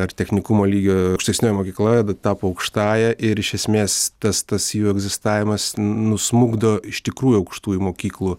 ar technikumo lygio aukštesnioji mokykla tapo aukštąja ir iš esmės tas tas jų egzistavimas nusmukdo iš tikrųjų aukštųjų mokyklų